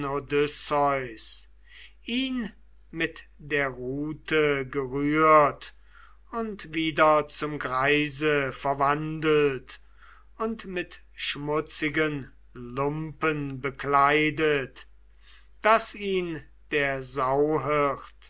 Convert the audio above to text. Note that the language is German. ihn mit der rute geführt und wieder zum greise verwandelt und mit schmutzigen lumpen bekleidet daß ihn der